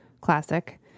classic